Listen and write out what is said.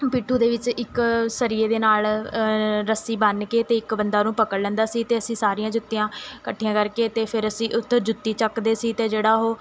ਪਿੱਠੂ ਦੇ ਵਿੱਚ ਇੱਕ ਸਰੀਏ ਦੇ ਨਾਲ਼ ਰੱਸੀ ਬੰਨ੍ਹ ਕੇ ਅਤੇ ਇੱਕ ਬੰਦਾ ਉਹਨੂੰ ਪਕੜ ਲੈਂਦਾ ਸੀ ਅਤੇ ਅਸੀਂ ਸਾਰੀਆਂ ਜੁੱਤੀਆਂ ਇਕੱਠੀਆਂ ਕਰਕੇ ਅਤੇ ਫਿਰ ਅਸੀਂ ਉੱਤੋਂ ਜੁੱਤੀ ਚੱਕਦੇ ਸੀ ਅਤੇ ਜਿਹੜਾ ਉਹ